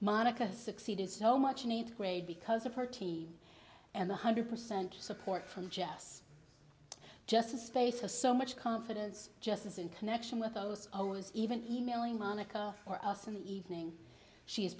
monica succeeded so much an eighth grade because of her team and one hundred percent support from jess just a space of so much confidence just as in connection with those even emailing monica for us in the evening she is